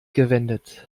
gewendet